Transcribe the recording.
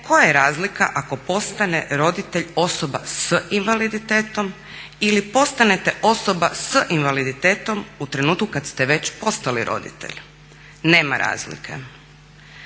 koja je razlika ako postane roditelj osoba s invaliditetom ili postanete osoba s invaliditetom u trenutku kad ste već postali roditelj. Nema razlike.